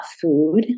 food